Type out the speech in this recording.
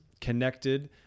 connected